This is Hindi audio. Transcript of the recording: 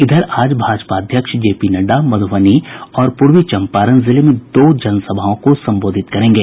इधर आज भाजपा अध्यक्ष जेपी नड्डा मध्रबनी और पूर्वी चंपारण जिले में दो जनसभाओं को संबोधित करेंगे